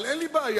אבל אין לי בעיה.